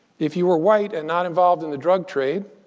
if you were white and not involved in the drug trade,